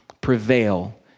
prevail